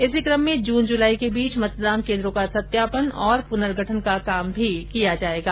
इसी क्रम में जून जुलाई के बीच मतदान केंद्रों का सत्यापन और पुनर्गठन का काम भी किया जाएगा